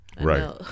Right